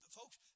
folks